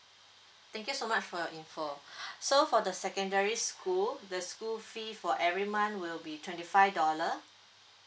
thank you so much for your info so for the secondary school the school fee for every month will be twenty five dollar